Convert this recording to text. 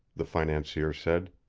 the financier said.